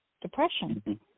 depression